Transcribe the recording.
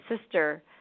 sister